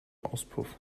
auspuff